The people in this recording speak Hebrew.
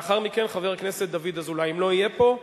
לאחר מכן חבר הכנסת דוד אזולאי, אם לא יהיה פה,